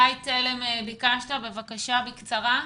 גיא תלם, בקשה בקצרה.